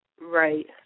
Right